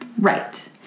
right